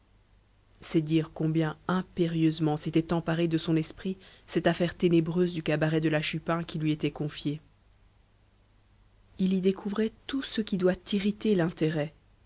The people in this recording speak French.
c'est dire combien impérieusement s'était emparée de son esprit cette affaire ténébreuse du cabaret de la chupin qui lui était confiée il y découvrait tout ce qui doit irriter l'intérêt